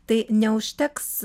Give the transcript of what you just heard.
tai neužteks